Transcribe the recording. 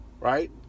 Right